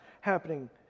happening